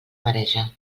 mareja